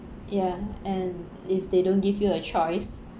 ya and if they don't give you a choice